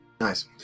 Nice